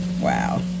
wow